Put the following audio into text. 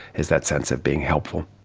is that sense of being helpful.